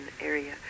area